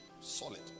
solid